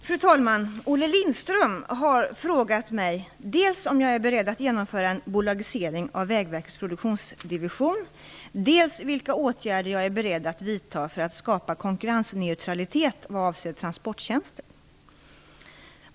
Fru talman! Olle Lindström har frågat mig dels om jag är beredd att genomföra en bolagisering av Vägverkets produktionsdivision, dels vilka åtgärder jag är beredd att vidta för att skapa konkurrensneutralitet vad avser transporttjänster.